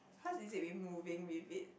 cause is it we moving with it